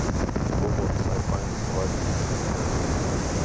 buvo visai fainas savaitgalis su draugais